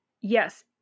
Yes